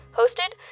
hosted